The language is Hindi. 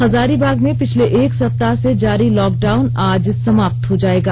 हजारीबाग में पिछले एक सप्ताह से जारी लॉकडाउन आज समाप्त हो जायेगा